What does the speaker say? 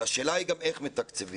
אבל השאלה היא גם איך מתקצבים.